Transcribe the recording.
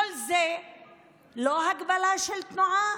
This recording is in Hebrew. כל זה לא הגבלה של תנועה?